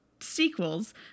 sequels